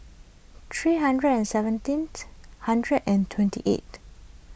three hundred and seventeen hundred and twenty eight